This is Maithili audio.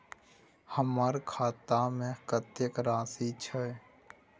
हमर खाता में कतेक राशि छै?